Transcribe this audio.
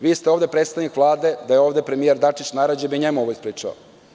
Vi ste ovde predstavnik Vlade, da je tu premijer Dačić, najradije bih njemu ovo ispričao.